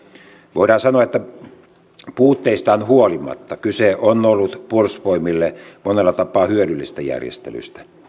voidaan sanoa että puutteistaan huolimatta kyse on ollut puolustusvoimille monella tapaa hyödyllisestä järjestelystä